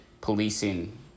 policing